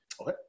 Okay